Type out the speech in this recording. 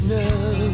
now